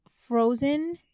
frozen